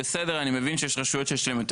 בסדר אני מבין שיש רשויות שיש להן יותר